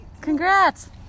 Congrats